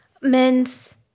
men's